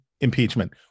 impeachment